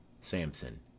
Samson